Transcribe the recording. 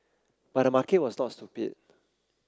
but the market was not stupid